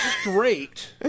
straight